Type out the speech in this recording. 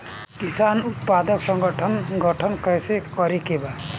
किसान उत्पादक संगठन गठन कैसे करके बा?